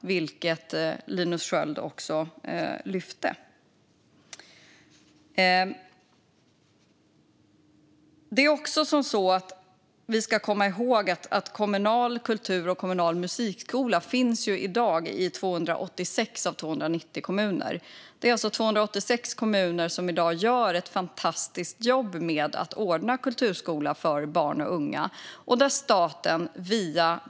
Det lyfte också Linus Sköld upp. Vi ska även komma ihåg att kommunal kultur och kommunal musikskola i dag finns i 286 av 290 kommuner. Det är alltså 286 kommuner som i dag gör ett fantastiskt jobb med att ordna kulturskola för barn och unga.